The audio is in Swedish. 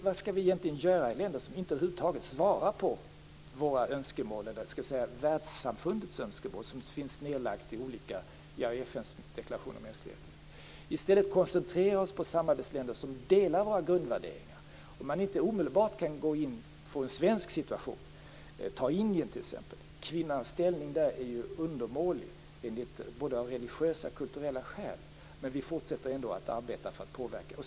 Vad skall vi egentligen göra i länder som över huvud taget inte svarar på världssamfundets önskemål, som finns fastlagt i bl.a. FN:s deklaration om mänskliga rättigheter? I stället skall vi koncentrera oss på länder som delar våra grundvärderingar, om man inte omedelbart kan gå in från en svensk situation. Man kan som exempel ta Indien. Kvinnans ställning där är ju undermålig av både religiösa och kulturella skäl. Men vi fortsätter ändå att arbeta för att påverka.